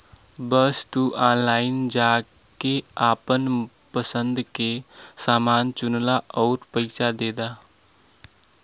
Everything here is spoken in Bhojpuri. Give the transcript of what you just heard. बस तू ऑनलाइन जाके आपन पसंद के समान चुनला आउर पइसा दे दा